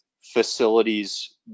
facilities